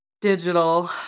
digital